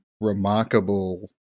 remarkable